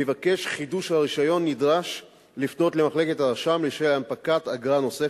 מבקש חידוש הרשיון נדרש לפנות למחלקת הרשם לשם הנפקת אגרה נוספת,